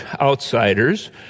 outsiders